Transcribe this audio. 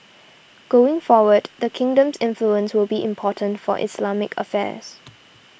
going forward the kingdom's influence will be important for Islamic affairs